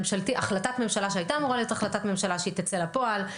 החלטת ממשלה שהייתה אמורה להיות החלטת ממשלה שהיא תצא לפועל.